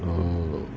you know